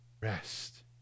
rest